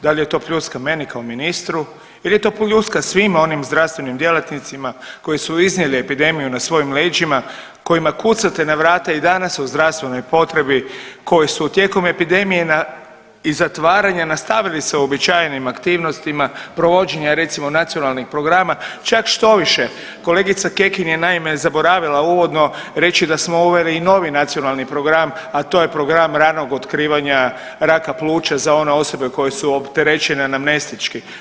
Da li je to pljuska meni kao ministru ili je to pljuska svim onim zdravstvenim djelatnicima koji su iznijeli epidemiju na svojim leđima, kojima kucate na vrata i danas u zdravstvenoj potrebi, koji su tijekom epidemije na i zatvaranje nastavili s uobičajenim aktivnostima provođenja recimo nacionalnih programa, čak štoviše kolegica Kekin je naime zaboravila uvodno reći da smo uveli i novi nacionalni program, a to je program ranog otkrivanja raka pluća za one osobe koje su opterećene anamnestički.